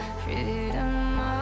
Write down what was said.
freedom